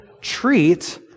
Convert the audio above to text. treat